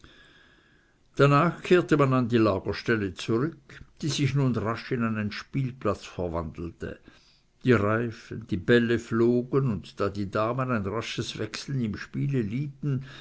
danach kehrte man an die lagerstelle zurück die sich nun rasch in einen spielplatz verwandelte die reifen die bälle flogen und da die damen ein rasches wechseln im spiele